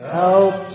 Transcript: help